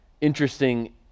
interesting